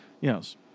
Yes